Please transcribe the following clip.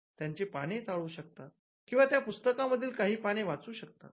त्यांचे पाने चाळू शकतात किंवा त्या पुस्तकां मधील काही पानं वाचू शकतात